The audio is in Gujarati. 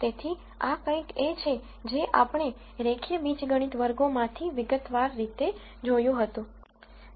તેથી આ કંઈક એ છે જે આપણે રેખીય બીજગણિત વર્ગોમાંથી વિગતવાર રીતે જોયું હતું